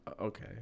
Okay